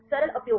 सरल उपयोग